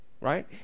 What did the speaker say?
Right